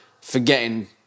forgetting